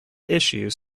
issues